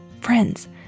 Friends